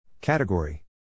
Category